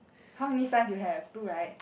how many signs you have two right